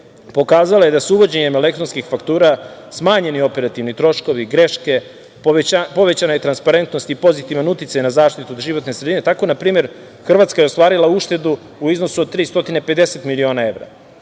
pokazala je da su uvođenjem elektronskih faktura smanjeni operativni troškovi, greške, povećana je transparentnost i pozitivan uticaj na zaštitu životne sredine. Na primer, Hrvatska je ostvarila uštedu i iznosu od 350 miliona evra,